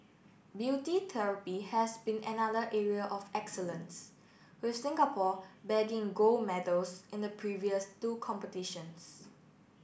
beauty therapy has been another area of excellence with Singapore bagging gold medals in the previous two competitions